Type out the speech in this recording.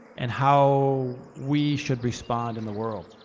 and how we should respond in the world.